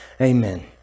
amen